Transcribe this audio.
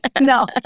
No